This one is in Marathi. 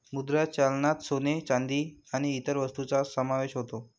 मुद्रा चलनात सोने, चांदी आणि इतर वस्तूंचा समावेश होतो